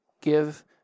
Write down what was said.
give